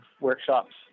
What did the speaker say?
workshops